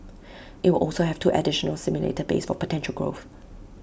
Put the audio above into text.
IT will also have two additional simulator bays for potential growth